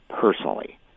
personally